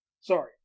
Sorry